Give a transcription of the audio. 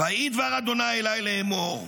"ויהי דבר ה' אלַי לאמֹר.